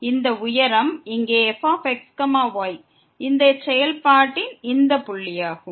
இங்கே fxy இந்த செயல்பாட்டின் இந்த புள்ளியாகும்